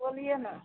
बोलिए ना